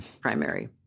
primary